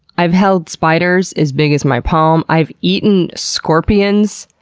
i've held spiders as big as my palm. i've eaten scorpions.